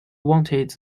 wanted